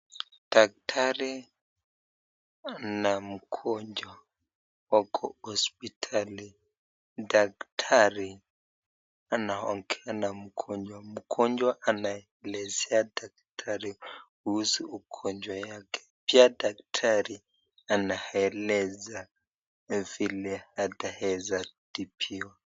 Daktari ana mgonjwa wako hosipatali, daktari anaongea na mgonjwa, mgonjwa anaelezea daktari kuhusu ugonjwa yake, pia daktari anaeleza vile ataweza tibiwa.